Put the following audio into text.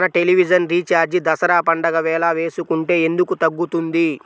మన television recharge Dasara పండగ వేళ వేసుకుంటే ఎందుకు తగ్గుతుంది?